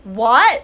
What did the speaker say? what